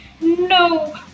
no